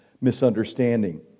misunderstanding